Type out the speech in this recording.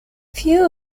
few